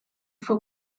for